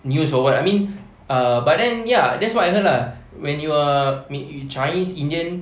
news or what I mean uh but then ya that's what I heard lah when you are chinese indian